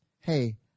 Hey